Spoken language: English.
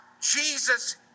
Jesus